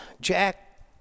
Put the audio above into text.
jack